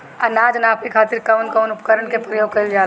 अनाज नापे खातीर कउन कउन उपकरण के प्रयोग कइल जाला?